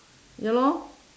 ya lor